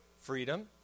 Freedom